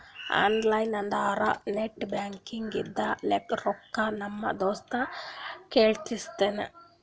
online ಅಂದುರ್ net banking ಇಂದ ರೊಕ್ಕಾ ನಮ್ ದೋಸ್ತ್ ಕಳ್ಸಿನಿ